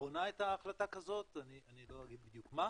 לאחרונה הייתה החלטה כזאת, אני לא אגיד בדיוק מה,